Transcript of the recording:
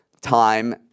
time